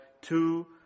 two